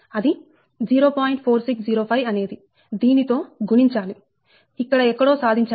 4605 అనేది దీనితో గుణించాలి ఇక్కడ ఎక్కడో సాధించడానికి